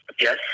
Yes